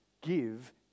give